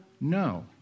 No